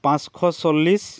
পাঁচশ চল্লিছ